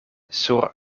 sur